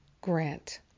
grant